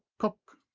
kok,